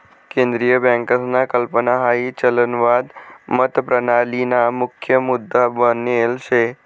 केंद्रीय बँकसना कल्पना हाई चलनवाद मतप्रणालीना मुख्य मुद्दा बनेल शे